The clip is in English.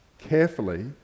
carefully